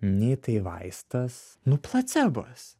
nei tai vaistas nu placebas